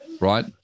right